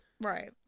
Right